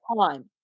time